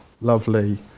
lovely